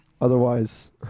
otherwise